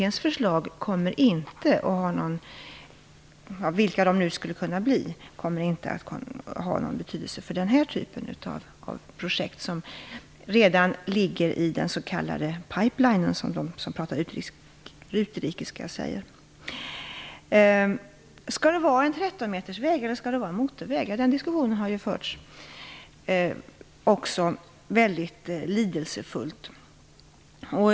Därför kommer ett förslag från Trafikkommittén inte att ha någon betydelse för den här typen av projekt, som redan ligger i en s.k. pipeline, som de som pratar utrikiska säger. Skall det vara en 13-metersväg eller skall det vara en motorväg? Ja, det har det förts en mycket lidelsefull diskussion om.